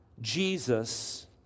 Jesus